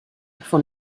von